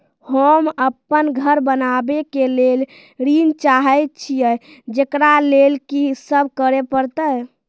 होम अपन घर बनाबै के लेल ऋण चाहे छिये, जेकरा लेल कि सब करें परतै?